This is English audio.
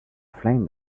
flame